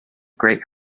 great